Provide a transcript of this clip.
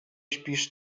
śpisz